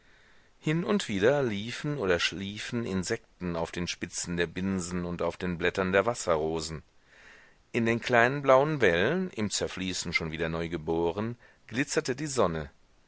hin und wieder liefen oder schliefen insekten auf den spitzen der binsen und auf den blättern der wasserrosen in den kleinen blauen wellen im zerfließen schon wieder neugeboren glitzerte die sonne